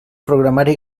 programari